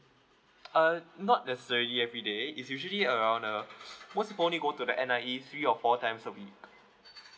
uh not necessary everyday is usually around uh once and only go to the N_I_E three or four times a week